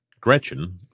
Gretchen